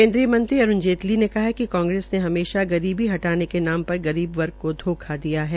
केन्द्रीय मंत्री अरूण जेटली ने कहा कि कांग्रेस ने हमेशा गरीबी हटाने के नाम पर गरीब वर्ग को धोखा दिया है